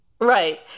Right